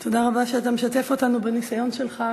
תודה רבה שאתה משתף אותנו בניסיון שלך.